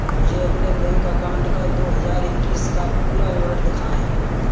मुझे अपने bank account का दो हज़ार इक्कीस का पूरा विवरण दिखाएँ?